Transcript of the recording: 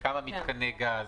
לכמה מיתקני גז,